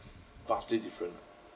vastly different